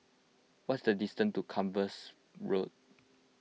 what is the distance to Compassvale Road